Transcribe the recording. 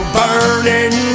burning